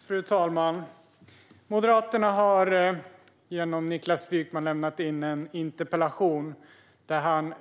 Fru talman! Moderaterna har genom Niklas Wykman lämnat in en interpellation där han